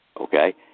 Okay